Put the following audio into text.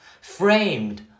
framed